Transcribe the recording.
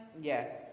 Yes